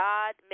God